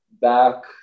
Back